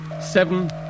seven